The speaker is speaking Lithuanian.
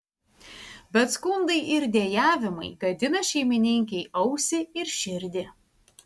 bet skundai ir dejavimai gadina šeimininkei ausį ir širdį